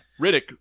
Riddick